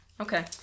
Okay